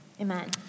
amen